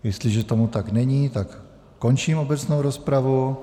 Jestliže tomu tak není, tak končím obecnou rozpravu.